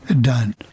Done